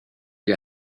you